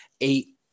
eight